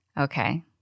okay